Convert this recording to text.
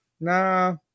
Nah